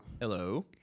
Hello